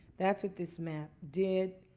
that's what this man did.